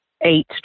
eight